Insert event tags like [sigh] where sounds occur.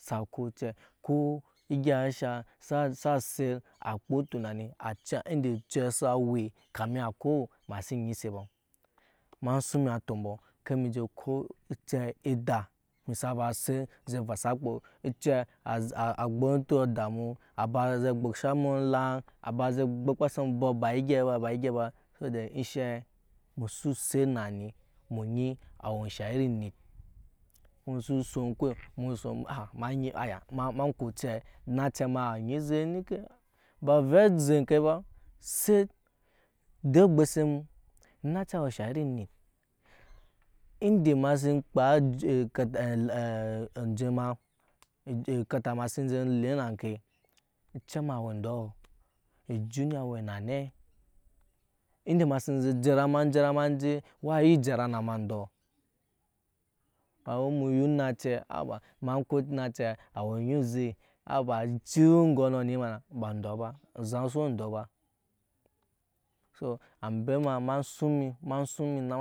Sa ko oce ko egya eshaŋ sa set akpaa otunni a ciya ende oce sa we kamin a koo ema sin nyi se ba ema suŋ emi atɔmbɔ ker emi je ko oce eda emi sa ba set zei vɔsa akpo acɛ a gbe antoi ada mu a ba zɛ gbosha mu clah a ba ze gbokpa sa mu obɔk ba egei ba ba egei ba sobo de enshe musu set nani ema nyi a we ensha iri onit musu sun kwew emu sun aya ma nyi aya ema ko oce onacɛ ema a we onyi oze cnike ba ovɛ eze ŋke ba set dee ogbose mu onace awe ensha iri onit ende ema si kpaa enje ma [unintelligible] ocɛ ema awe si zɛ je ma jara ma jara ma nje wa nyi jara na ma ndɔɔ [unintelligible] haba ema ko onace a we onyi oze haba ema su we endɔ ba so ambe ma ema suŋ mi ma